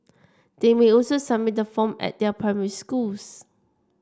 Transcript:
they may also submit the form at their primary schools